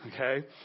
Okay